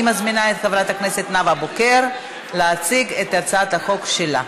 אני מזמינה את חברת הכנסת נאוה בוקר להציג את הצעת החוק שלה.